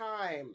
time